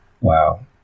Wow